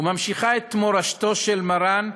וממשיכה את מורשתו של מרן,